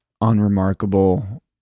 unremarkable